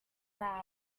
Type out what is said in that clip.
clouds